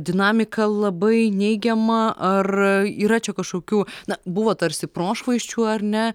dinamika labai neigiama ar yra čia kažkokių na buvo tarsi prošvaisčių ar ne